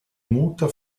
muta